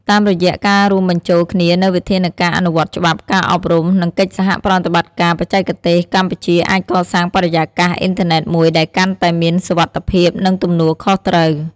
តាមរយៈការរួមបញ្ចូលគ្នានូវវិធានការអនុវត្តច្បាប់ ការអប់រំ និងកិច្ចសហប្រតិបត្តិការបច្ចេកទេស កម្ពុជាអាចកសាងបរិយាកាសអ៊ីនធឺណិតមួយដែលកាន់តែមានសុវត្ថិភាព និងទំនួលខុសត្រូវ។